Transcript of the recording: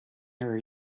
her